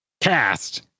cast